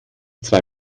zwei